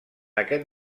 aquest